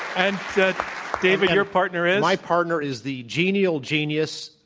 and david, your partner is? my partner is the genial genius,